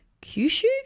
Kyushu